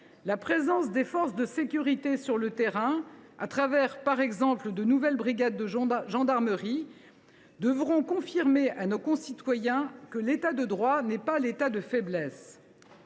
la présence des forces de sécurité sur le terrain, au travers, par exemple, de nouvelles brigades de gendarmerie, devront confirmer à nos concitoyens que l’État de droit n’est pas l’État de faiblesse.